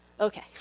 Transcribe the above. Okay